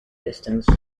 distance